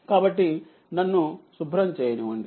కాబట్టినన్ను శుభ్రం చేయనివ్వండి